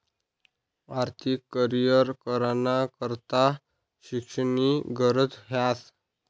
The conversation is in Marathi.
आर्थिक करीयर कराना करता शिक्षणनी गरज ह्रास